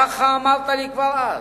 ככה אמרת לי כבר אז.